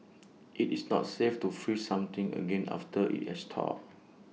IT is not safe to freeze something again after IT has thawed